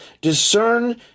discern